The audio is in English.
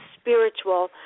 Spiritual